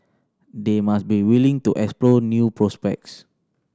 they must be willing to explore new prospects